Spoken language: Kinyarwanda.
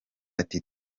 ati